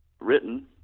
written